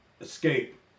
escape